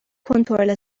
کنترل